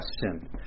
sin